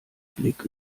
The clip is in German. blick